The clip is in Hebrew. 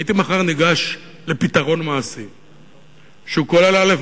והייתי מחר ניגש לפתרון מעשי שכולל: א.